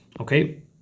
okay